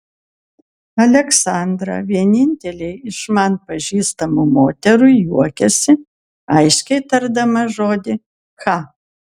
aleksandra vienintelė iš man pažįstamų moterų juokiasi aiškiai tardama žodį cha